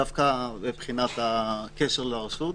דווקא מבחינת הקשר לרשות,